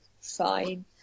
fine